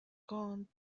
gone